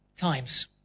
times